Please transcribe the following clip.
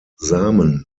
samen